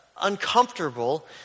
uncomfortable